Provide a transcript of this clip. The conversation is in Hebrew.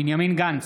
בנימין גנץ,